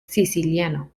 siciliano